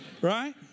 Right